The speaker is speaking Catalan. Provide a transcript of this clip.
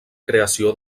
creació